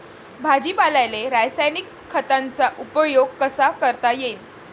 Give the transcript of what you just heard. भाजीपाल्याले रासायनिक खतांचा उपयोग कसा करता येईन?